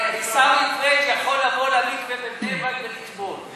עיסאווי פריג' יכול לבוא למקווה בבני-ברק ולטבול.